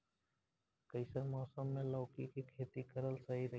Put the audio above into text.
कइसन मौसम मे लौकी के खेती करल सही रही?